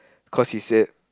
cause he said